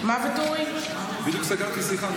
בדיוק סגרתי שיחה.